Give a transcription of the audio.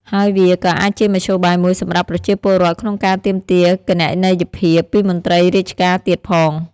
ហើយវាក៏អាចជាមធ្យោបាយមួយសម្រាប់ប្រជាពលរដ្ឋក្នុងការទាមទារគណនេយ្យភាពពីមន្ត្រីរាជការទៀតផង។